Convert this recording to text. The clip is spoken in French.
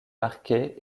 marqué